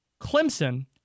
Clemson